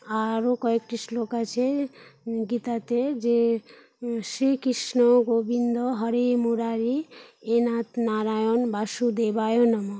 আরও কয়েকটি শ্লোক আছে গীতাতে যে শ্রীকৃষ্ণ গোবিন্দ হরে মুরারী হে নাথ নারায়ণ বাসুদেবায় নমঃ